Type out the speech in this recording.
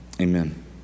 Amen